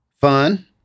fun